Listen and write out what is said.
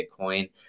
bitcoin